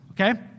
okay